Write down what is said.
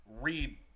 read